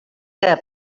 que